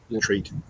treat